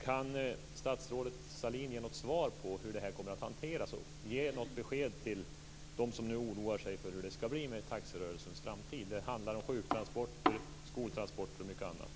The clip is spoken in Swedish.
Kan statsrådet Sahlin ge något svar på hur det här kommer att hanteras och ge något besked till dem som nu oroar sig för hur det skall bli med taxirörelsens framtid? Det handlar om sjuktransporter, skoltransporter och mycket annat.